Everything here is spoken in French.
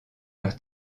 leur